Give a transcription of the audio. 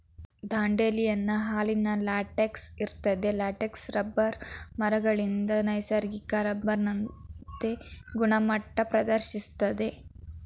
dandelion ಹಾಲಲ್ಲಿ latex ಇರ್ತದೆ latex rubber ಮರಗಳಿಂದ ನೈಸರ್ಗಿಕ ರಬ್ಬರ್ನಂತೆ ಗುಣಮಟ್ಟ ಪ್ರದರ್ಶಿಸ್ತದೆ